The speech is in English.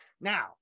Now